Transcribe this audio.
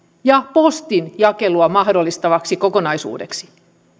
ja postinjakelua mahdollistavaksi kokonaisuudeksi